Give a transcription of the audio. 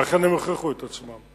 ואכן הם הוכיחו את עצמם.